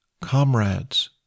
Comrades